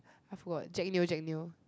I forgot jack-neo jack-neo